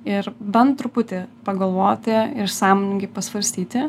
ir bent truputį pagalvoti ir sąmoningai pasvarstyti